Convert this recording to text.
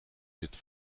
zit